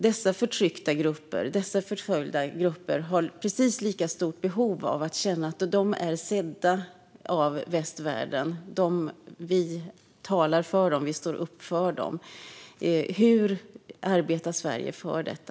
Dessa förtryckta och förföljda grupper har ju precis lika stort behov av att känna att de är sedda av västvärlden, att vi talar för dem och att vi står upp för dem. Hur arbetar Sverige för detta?